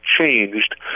changed